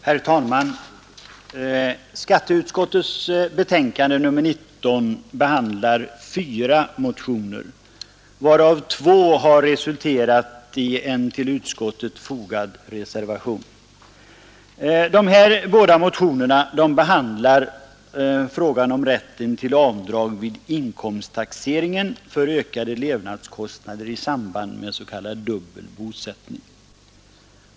Herr talman! Skatteutskottets betänkande nr 19 behandlar fyra motioner, varav två har resulterat i en till betänkandet fogad reservation. Dessa båda motioner avser frågan om rätten till avdrag vid inkomsttaxeringen för ökade levnadskostnader i samband med s.k. dubbel bosättning.